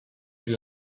she